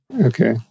Okay